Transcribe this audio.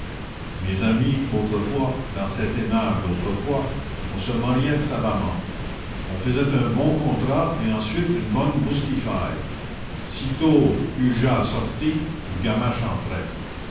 mes amis autrefois dans cet aimable autrefois on se mariait savamment on faisait un bon contrat et ensuite une bonne boustifaille sitôt cujas sorti gamache